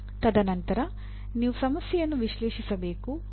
ತದನಂತರ ನೀವು ಸಮಸ್ಯೆಯನ್ನು ವಿಶ್ಲೇಷಿಸಬೇಕು